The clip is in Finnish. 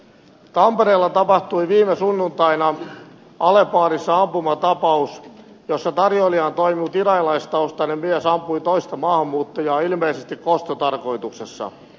tampereella tapahtui viime sunnuntaina ale barissa ampumatapaus jossa tarjoilijana toiminut iranilaistaustainen mies ampui toista maahanmuuttajaa ilmeisesti kostotarkoituksessa